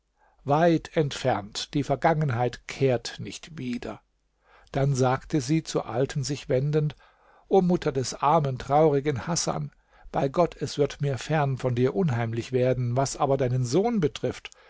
weit entfernt die vergangenheit kehrt nicht wieder dann sagte sie zur alten sich wendend o mutter des armen traurigen hasan bei gott es wird mir fern von dir unheimlich werden was aber deinen sohn betrifft